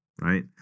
right